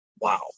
wow